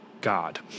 God